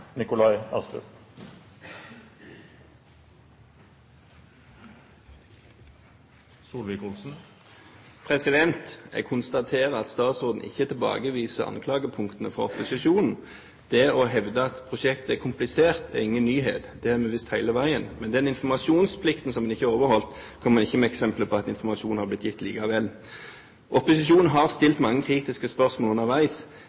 komplisert, er ingen nyhet. Det har vi visst hele veien, men når det gjelder den informasjonsplikten som han ikke har overholdt, kom han ikke med eksempler på at informasjon har blitt gitt likevel. Opposisjonen har stilt mange kritiske spørsmål underveis,